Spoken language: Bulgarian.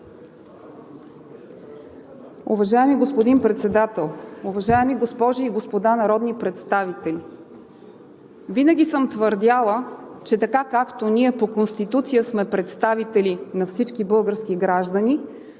Уважаеми господин Председател, уважаеми госпожи и господа народни представители! Винаги съм твърдяла, че така както ние по Конституция сме представители на всички български граждани,